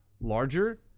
larger